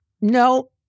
no